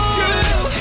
girl